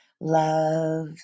love